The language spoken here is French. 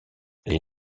les